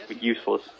useless